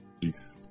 peace